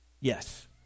Yes